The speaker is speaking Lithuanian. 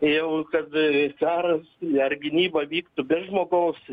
jau kad karas ar gynyba vyktų be žmogaus